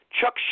Chuck